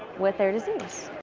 with their disease.